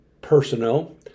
personnel